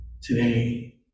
today